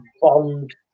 Bond